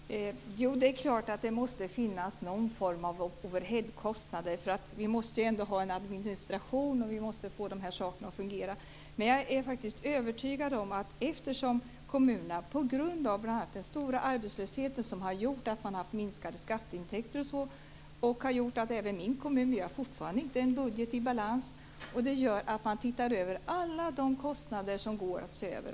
Herr talman! Det är klart att det måste finnas någon form av overheadkostnader. Vi måste ju ändå ha en administration, och vi måste få de här sakerna att fungera. Den stora arbetslösheten har gjort att kommunerna haft minskade skatteintäkter. Min kommun har fortfarande inte en budget i balans. Jag är övertygad om att detta gör att man ser över alla de kostnader som går att se över.